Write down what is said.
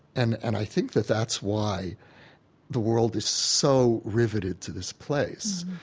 and and i think that that's why the world is so riveted to this place,